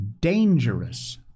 dangerous